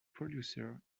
producer